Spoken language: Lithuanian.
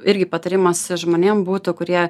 irgi patarimas žmonėm būtų kurie